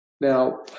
Now